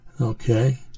Okay